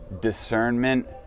discernment